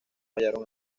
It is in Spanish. hallaron